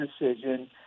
decision